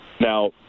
Now